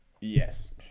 yes